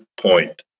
point